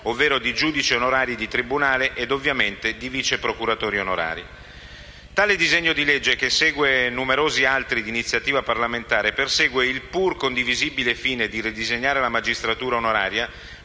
ovvero di giudici onorari di tribunale e ovviamente di vice procuratori onorari. Tale disegno di legge, che segue numerosi altri di iniziativa parlamentare, persegue il pur condivisibile fine di ridisegnare la magistratura onoraria